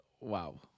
Wow